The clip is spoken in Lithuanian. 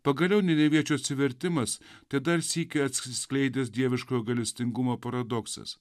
pagaliau neneviečių atsivertimas kad dar sykį atsisikleidęs dieviškojo gailestingumo paradoksas